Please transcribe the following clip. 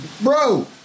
Bro